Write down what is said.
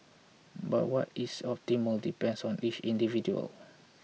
but what is optimal depends on each individual